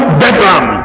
bedroom